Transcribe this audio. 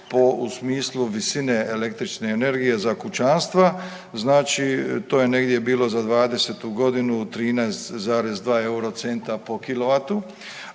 po, u smislu visine električne energije za kućanstva. Znači to je negdje bilo za '20.-tu 13,2 euro centa po